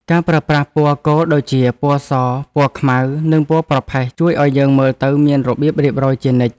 ការប្រើប្រាស់ពណ៌គោលដូចជាពណ៌សពណ៌ខ្មៅ និងពណ៌ប្រផេះជួយឱ្យយើងមើលទៅមានរបៀបរៀបរយជានិច្ច។